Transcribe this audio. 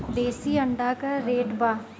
देशी अंडा का रेट बा?